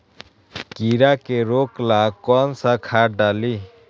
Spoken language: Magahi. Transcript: कीड़ा के रोक ला कौन सा खाद्य डाली?